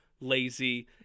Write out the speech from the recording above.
lazy